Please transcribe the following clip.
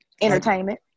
Entertainment